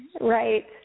right